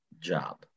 job